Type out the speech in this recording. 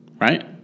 Right